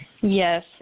yes